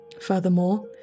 Furthermore